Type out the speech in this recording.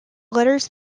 letters